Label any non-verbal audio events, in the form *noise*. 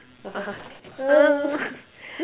*noise*